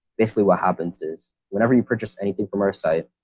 basically what happens is, whenever you purchase anything from our site,